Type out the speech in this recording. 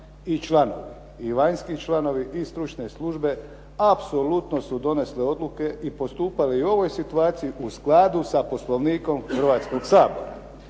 i članovi i vanjski članovi i stručne službe apsolutno su donesle odluke i postupali u ovoj situaciji u skladu sa Poslovnikom Hrvatskoga sabora.